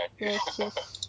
yes yes